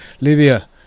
Lydia